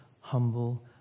humble